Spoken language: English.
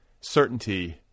certainty